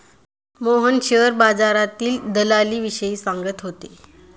Mohan share बाजारातील दलालीविषयी सांगत होते